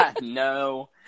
No